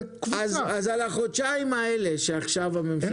--- אז על החודשיים האלה שעכשיו הממשלה